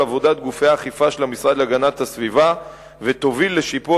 עבודת גופי האכיפה של המשרד להגנת הסביבה ותוביל לשיפור